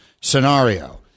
scenario